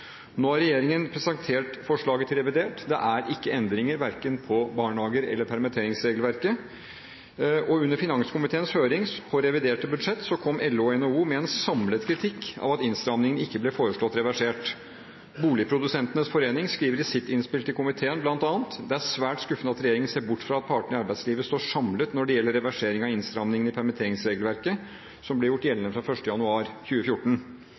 Nå har regjeringen presentert forslaget til revidert. Det er ikke endringer verken for barnehager eller i permitteringsregelverket. Under finanskomiteens høring om revidert budsjett kom LO og NHO med en samlet kritikk av at innstrammingene ikke ble foreslått reversert. Byggenæringens Landsforening skriver i sitt innspill til komiteen, bl.a.: «Det er svært skuffende at regjeringen ser bort fra at partene i arbeidslivet står samlet når det gjelder reversering av innstrammingene i permitteringsregelverket som ble gjort gjeldende fra 1. januar 2014.